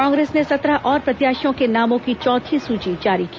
कांग्रेस ने सत्रह और प्रत्याशियों के नामों की चौथी सूची जारी की